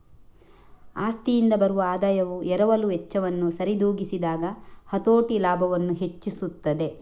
ಆಸ್ತಿಯಿಂದ ಬರುವ ಆದಾಯವು ಎರವಲು ವೆಚ್ಚವನ್ನು ಸರಿದೂಗಿಸಿದಾಗ ಹತೋಟಿ ಲಾಭವನ್ನು ಹೆಚ್ಚಿಸುತ್ತದೆ